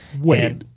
Wait